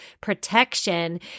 protection